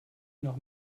noch